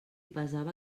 pesava